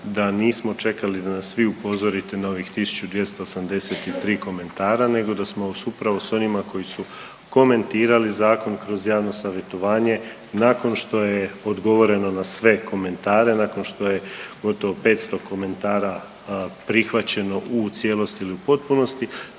da nismo čekali da nas vi upozorite na ovih 1.283 komentara nego da smo vas upravo s onima koji su komentirali zakon kroz javno savjetovanje nakon što je odgovoreno na sve komentare, nakon što je gotovo 500 komentara prihvaćeno u cijelosti ili potpunosti